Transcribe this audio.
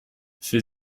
für